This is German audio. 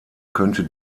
könnte